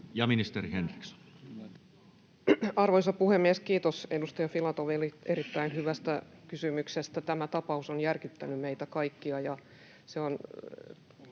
Ministeri Henriksson. Arvoisa puhemies! Kiitos edustaja Filatoville erittäin hyvästä kysymyksestä. Tämä tapaus on järkyttänyt meitä kaikkia,